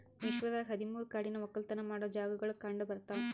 ವಿಶ್ವದಾಗ್ ಹದಿ ಮೂರು ಕಾಡಿನ ಒಕ್ಕಲತನ ಮಾಡೋ ಜಾಗಾಗೊಳ್ ಕಂಡ ಬರ್ತಾವ್